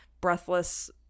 breathless